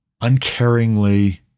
uncaringly